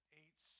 eight